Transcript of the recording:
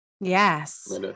Yes